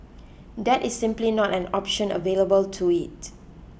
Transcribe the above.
that is simply not an option available to it